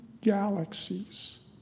galaxies